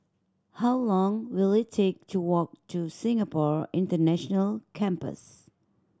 how long will it take to walk to Singapore International Campus